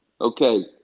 Okay